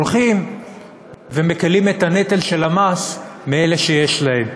הולכים ומקלים את נטל המס על אלה שיש להם.